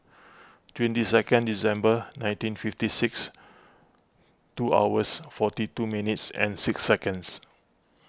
twenty second December nineteen fifty six two hours forty two minutes and six seconds